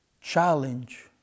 challenge